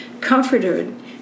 comforted